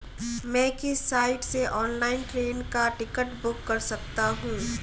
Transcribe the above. मैं किस साइट से ऑनलाइन ट्रेन का टिकट बुक कर सकता हूँ?